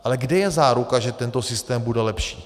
Ale kde je záruka, že tento systém bude lepší?